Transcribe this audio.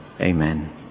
amen